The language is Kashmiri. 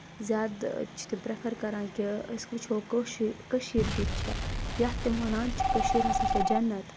زیادٕ چھِ تِم پرٛؠفَر کَران کہِ أسۍ وٕچھو کٲشِر کٔشیٖر کِتھ چھےٚ یَتھ تِم وَنان چھِ کٔشیٖر ہَسا چھا جَنت